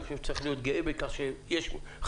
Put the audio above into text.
אני חושב שהוא צריך להיות גאה בכך שיש חבר